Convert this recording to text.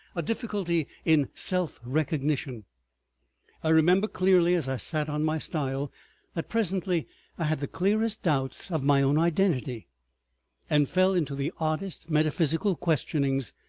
a difficulty in self-recognition. i remember clearly as i sat on my stile that presently i had the clearest doubts of my own identity and fell into the oddest metaphysical questionings.